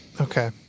Okay